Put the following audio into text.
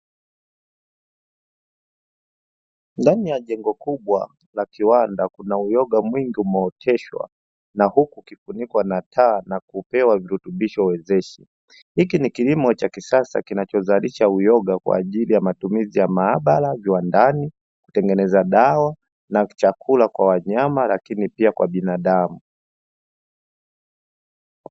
Ndani ya jengo kubwa la kiwanda, kuna uyoga mwingi umeoteshwa, na huku ukifunikwa na taa na kupewa virutubisho wezeshi; hiki ni kilimo cha kisasa kinachozalisha uyoga kwa ajili ya matumizi ya maabara, viwandani, kutengeneza dawa na chakula kwa wanyama, lakini pia kwa binadamu.